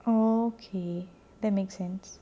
okay that make sense